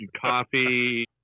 coffee